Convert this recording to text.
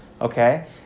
Okay